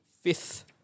fifth